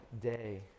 day